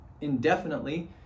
indefinitely